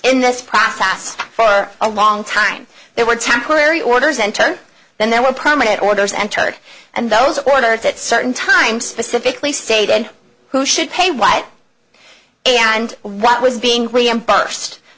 in this process for a long time there were temporary orders and then there were prominent orders entered and those orders at certain times pacifically stated who should pay what and what was being reimbursed